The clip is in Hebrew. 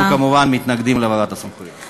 אנחנו כמובן מתנגדים להעברת הסמכויות.